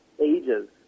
ages